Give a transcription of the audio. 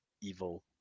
evil